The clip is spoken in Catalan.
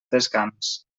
descans